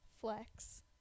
Flex